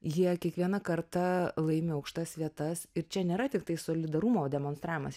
jie kiekvieną kartą laimi aukštas vietas ir čia nėra tiktai solidarumo demonstravimas